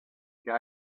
got